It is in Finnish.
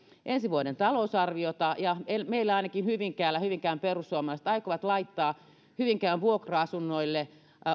ensi vuoden talousarviota ja ainakin hyvinkään hyvinkään perussuomalaiset aikovat laittaa hyvinkään vuokra asunnoille